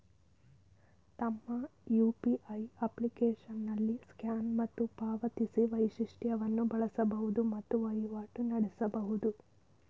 ತಮ್ಮ ಯು.ಪಿ.ಐ ಅಪ್ಲಿಕೇಶನ್ನಲ್ಲಿ ಸ್ಕ್ಯಾನ್ ಮತ್ತು ಪಾವತಿಸಿ ವೈಶಿಷ್ಟವನ್ನು ಬಳಸಬಹುದು ಮತ್ತು ವಹಿವಾಟು ನಡೆಸಬಹುದು